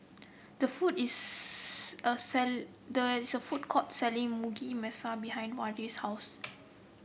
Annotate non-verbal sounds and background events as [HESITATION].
the food is [HESITATION] a [UNINTELLIGIBLE] there is a food court selling Mugi Meshi behind Wade's house